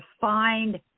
find